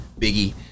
Biggie